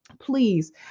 please